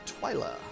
Twyla